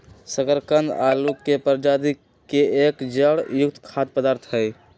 शकरकंद आलू के प्रजाति के एक जड़ युक्त खाद्य पदार्थ हई